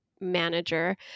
manager